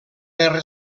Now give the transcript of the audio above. guerra